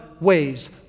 ways